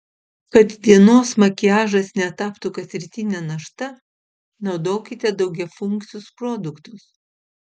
kad dienos makiažas netaptų kasrytine našta naudokite daugiafunkcius produktus